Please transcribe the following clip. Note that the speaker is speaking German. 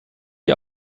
die